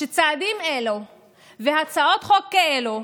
שצעדים אלו והצעות חוק כאלה,